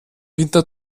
winter